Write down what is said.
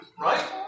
right